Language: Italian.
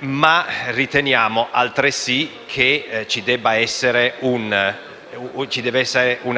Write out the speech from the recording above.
ma riteniamo altresì che ci debba essere una